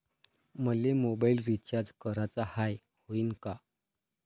मले mobile recharge कराचा हाय, होईनं का?